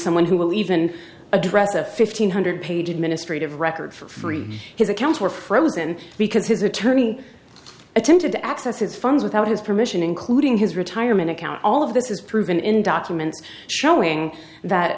someone who will even address a fifteen hundred page administrative record for free his accounts were frozen because his attorney attempted to access his funds without his permission including his retirement account all of this is proven in documents showing that